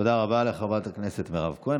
תודה רבה לחברת הכנסת מירב כהן.